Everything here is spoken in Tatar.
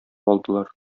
алдылар